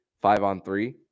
five-on-three